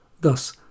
Thus